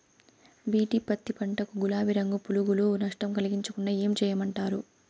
BT పత్తి పంట కు, గులాబీ రంగు పులుగులు నష్టం కలిగించకుండా ఏం చేయమంటారు?